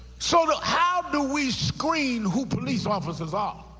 sort of how do we screen who police officers are?